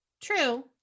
True